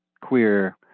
queer